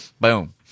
Boom